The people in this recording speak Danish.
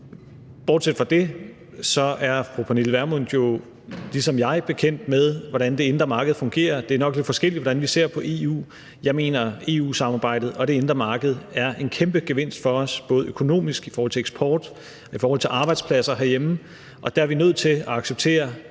Bortset fra det er fru Pernille Vermund jo ligesom jeg bekendt med, hvordan det indre marked fungerer. Det er nok lidt forskelligt, hvordan vi ser på EU. Jeg mener, at EU-samarbejdet og det indre marked er en kæmpe gevinst for os, både økonomisk i forhold til eksport og i forhold til arbejdspladser herhjemme, og der er vi nødt til at acceptere